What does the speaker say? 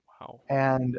Wow